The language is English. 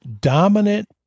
dominant